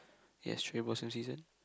yes cherry blossom season